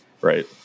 Right